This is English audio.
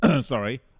sorry